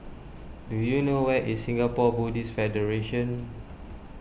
do you know where is Singapore Buddhist Federation